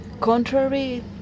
Contrary